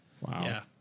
Wow